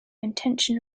intention